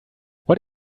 what